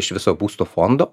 iš viso būsto fondo